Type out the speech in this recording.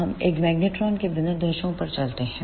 अब हम एक मैग्नेट्रोन के विनिर्देशों पर चलते हैं